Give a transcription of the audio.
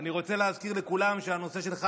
אני רוצה להזכיר לכולם את הנושא של ח'אן